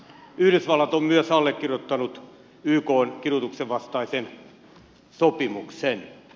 yhdysvallat on myös allekirjoittanut ykn kidutuksen vastaisen sopimuksen